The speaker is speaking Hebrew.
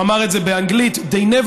הוא אמר את זה באנגלית: They never